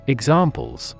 Examples